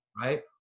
right